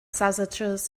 sausages